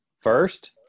First